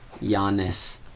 Giannis